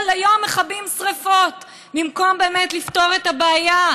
כל היום מכבים שרפות במקום באמת לפתור את הבעיה.